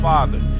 Father